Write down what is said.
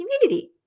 community